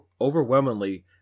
overwhelmingly